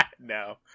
no